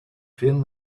train